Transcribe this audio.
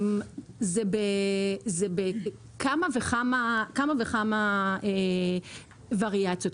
זה בכמה וכמה וריאציות.